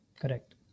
Correct